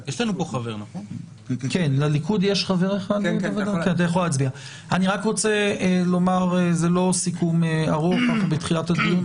לפני זה אני רק רוצה לסכם בקצרה.